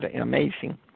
amazing